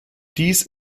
dies